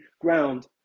ground